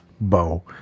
bow